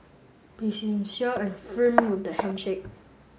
be sincere and firm with the handshake